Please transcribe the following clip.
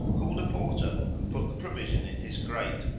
called a porter and put the provision in his crate,